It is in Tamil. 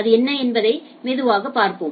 அது என்ன என்பதை மெதுவாகப் பார்ப்போம்